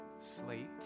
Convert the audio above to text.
slate